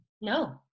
No